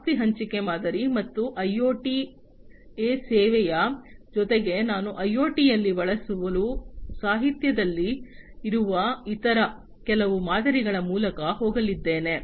ಆಸ್ತಿ ಹಂಚಿಕೆ ಮಾದರಿ ಮತ್ತು ಐಒಟಿ ಎ ಸೇವೆಯ ಜೊತೆಗೆ ನಾನು ಐಒಟಿಯಲ್ಲಿ ಬಳಸಲು ಸಾಹಿತ್ಯದಲ್ಲಿ ಇರುವ ಇತರ ಕೆಲವು ಮಾದರಿಗಳ ಮೂಲಕ ಹೋಗಲಿದ್ದೇನೆ